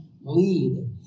lead